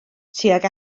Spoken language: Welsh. tuag